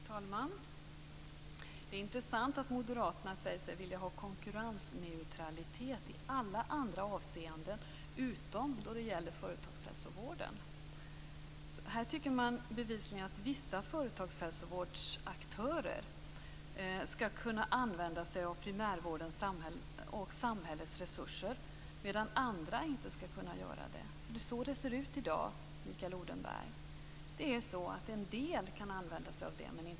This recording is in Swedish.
Herr talman! Det är intressant att Moderaterna säger sig vilja ha konkurrensneutralitet i alla andra avseenden än när det gäller företagshälsovården. Här tycker man bevisligen att vissa aktörer inom företagshälsovården ska kunna använda sig av primärvården och samhällets resurser, medan andra inte ska kunna göra det. Det är så det ser ut i dag, Mikael Odenberg. Det är så att en del kan använda sig av detta, men inte andra.